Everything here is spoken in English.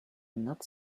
not